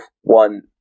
one